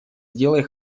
сделай